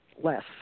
less